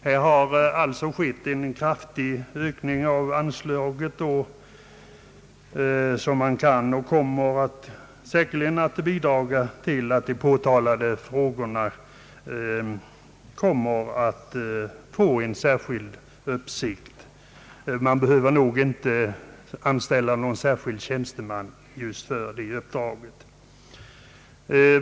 Det har alltså skett en kraftig ökning av anslaget, vilket säkerligen kommer att bidra till att de påtalade frågorna kommer att bli föremål för särskild uppmärksamhet. Man behöver nog inte anställa någon särskild tjänsteman för detta.